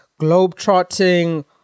globetrotting